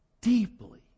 deeply